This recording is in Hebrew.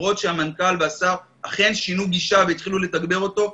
ולמרות שהמנכ"ל והשר אכן שינוי גישה והתחילו לתגבר אותו,